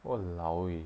!walao! eh